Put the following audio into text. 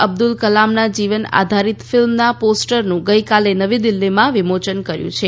અબ્દુલ કલામના જીવન આધારીત ફિલ્મના પોસ્ટરનું ગઈકાલે નવી દિલ્હીમાં વિમોચન કર્યું છે